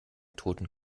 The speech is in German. toten